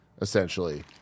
essentially